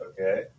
Okay